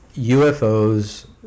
UFOs